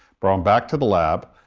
brought them back to the lab,